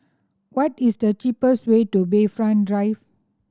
what is the cheapest way to Bayfront Drive